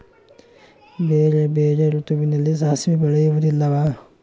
ಬೇರೆ ಬೇರೆ ಋತುವಿನಲ್ಲಿ ಸಾಸಿವೆ ಬೆಳೆಯುವುದಿಲ್ಲವಾ?